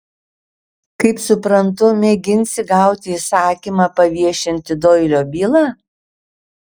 kaip suprantu mėginsi gauti įsakymą paviešinti doilio bylą